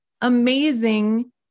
amazing